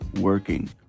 working